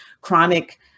chronic